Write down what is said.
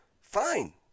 fine